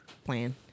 plan